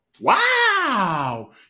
Wow